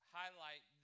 highlight